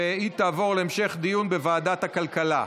והיא תעבור להמשך דיון בוועדת הכלכלה.